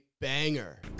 banger